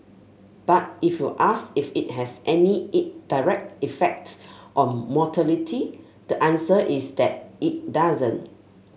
but if you ask if it has any it direct effect on mortality the answer is that it doesn't